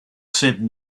said